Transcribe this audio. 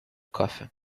coffee